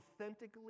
authentically